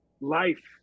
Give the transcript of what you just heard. life